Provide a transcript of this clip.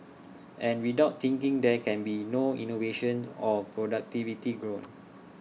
and without thinking there can be no innovation or productivity growing